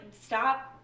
stop –